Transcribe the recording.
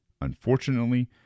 Unfortunately